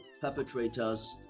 perpetrators